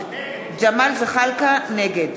נגד